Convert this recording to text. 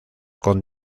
con